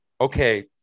okay